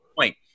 point